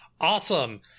awesome